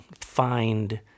find